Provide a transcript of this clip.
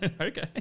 Okay